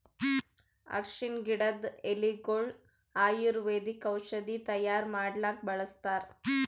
ಅರ್ಷಿಣ್ ಗಿಡದ್ ಎಲಿಗೊಳು ಆಯುರ್ವೇದಿಕ್ ಔಷಧಿ ತೈಯಾರ್ ಮಾಡಕ್ಕ್ ಬಳಸ್ತಾರ್